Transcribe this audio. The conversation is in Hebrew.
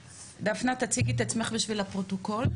דפנה, תציגי את עצמך בשביל הפרוטוקול.